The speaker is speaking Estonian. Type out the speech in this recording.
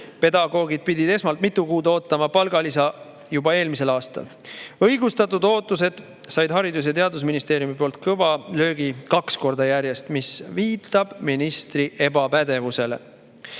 Pedagoogid pidid esmalt mitu kuud ootama palgalisa juba eelmisel aastal. Õigustatud ootused said Haridus- ja Teadusministeeriumi poolt kõva löögi kaks korda järjest, mis viitab ministri ebapädevusele.